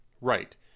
right